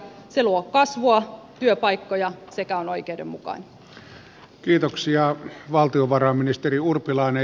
se luo kasvua työpaikkoja sekä on oikeudenmukainen